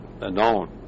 unknown